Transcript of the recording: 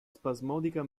spasmodica